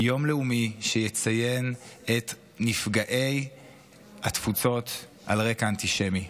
יום לאומי שיציין את נפגעי התפוצות על רקע אנטישמי.